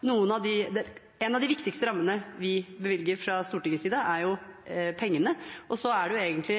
En av de viktigste rammene vi kommer med fra Stortingets side, er pengene. Og så er det egentlig